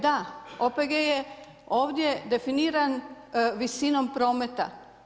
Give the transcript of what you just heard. Da OPG je ovdje definiran visinom prometa.